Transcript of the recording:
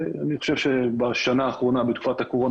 אני חושב שבשנה האחרונה בתקופת הקורונה,